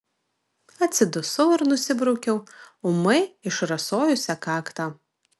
atsidusau ir nusibraukiau ūmai išrasojusią kaktą